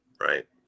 right